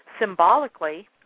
Symbolically